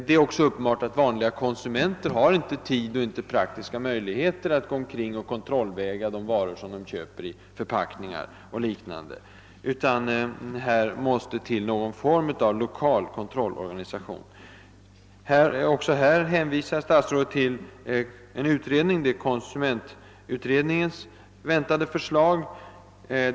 Det är också uppenbart att den enskilde konsumenten inte har tid och praktiska möjligheter att kontrollväga de varor han eller hon köper i förpackning. Det måste alltså till någon form av lokal kontrollorganisation. På den punkten hänvisar statsrådet till det förslag som väntas från konsumentutredningen.